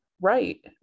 right